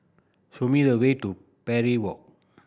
show me the way to Parry Walk